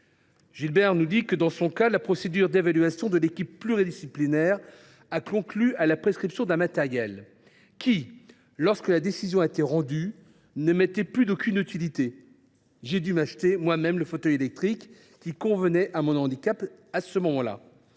Gilbert Bouchet, la procédure d’évaluation de l’équipe pluridisciplinaire a conclu à la prescription d’un matériel qui, lorsque la décision a été rendue, ne m’était plus d’aucune utilité. J’ai dû acheter moi même le fauteuil électrique qui convenait à mon handicap à ce moment là,